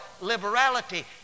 liberality